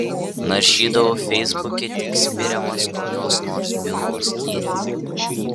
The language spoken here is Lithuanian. naršydavau feisbuke tik spiriamas kokios nors bylos tyrimo